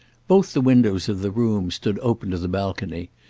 both the windows of the room stood open to the balcony,